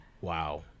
Wow